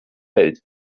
welt